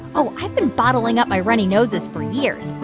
oh, i've been bottling up my runny noses for years.